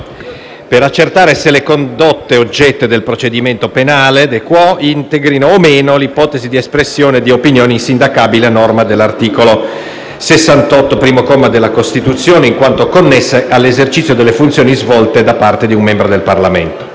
per accertare se le condotte oggetto del procedimento penale *de quo* integrino o meno l'ipotesi di espressione di opinioni insindacabili, a norma dell'articolo 68, primo comma, della Costituzione, in quanto connesse all'esercizio delle funzioni svolte da parte di un membro del Parlamento.